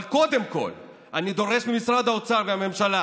אבל קודם כול אני דורש ממשרד האוצר והממשלה